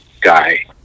guy